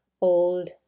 old